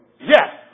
Yes